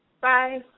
Bye